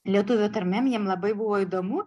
lietuvių tarmėm jiem labai buvo įdomu